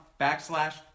backslash